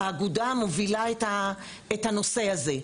האגודה מובילה את הנושא הזה.